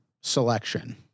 selection